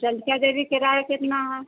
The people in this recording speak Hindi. चंदिका देवी कराया कितना है